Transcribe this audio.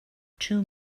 two